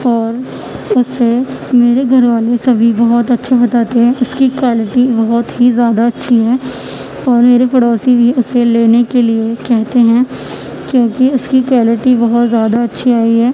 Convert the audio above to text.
اور اسے میرے گھر والے سبھی بہت اچھا بتاتے ہیں اس کی کوالٹی بہت ہی زیادہ اچھی ہے اور میرے پڑوسی بھی اسے لینے کے لیے کہتے ہیں کیوںکہ اس کی کوالٹی بہت زیادہ اچھی آئی ہے